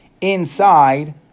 inside